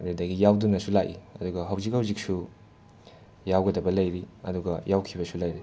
ꯑꯗꯨꯗꯒꯤ ꯌꯥꯎꯗꯨꯅꯁꯨ ꯂꯥꯛꯏ ꯑꯗꯨꯒ ꯍꯧꯖꯤꯛ ꯍꯧꯖꯤꯛꯁꯨ ꯌꯥꯎꯒꯗꯕ ꯂꯩꯔꯤ ꯑꯗꯨꯒ ꯌꯥꯎꯈꯤꯕꯁꯨ ꯂꯩꯔꯦ